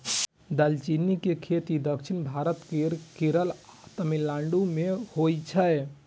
दालचीनी के खेती दक्षिण भारत केर केरल आ तमिलनाडु मे होइ छै